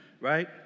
right